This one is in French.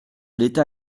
l’état